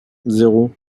zéro